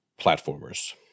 platformers